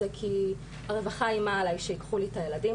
זה כי הרווחה איימה עליי שייקחו לי את הילדים,